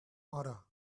other